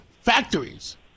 factories